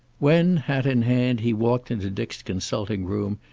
when, hat in hand, he walked into dick's consulting room,